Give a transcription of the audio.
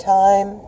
time